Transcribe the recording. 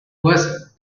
was